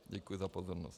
Děkuji za pozornost.